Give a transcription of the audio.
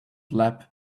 lap